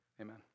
amen